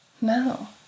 No